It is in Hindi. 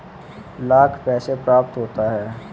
लाख कैसे प्राप्त होता है?